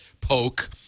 poke